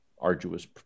arduous